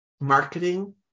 marketing